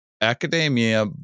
academia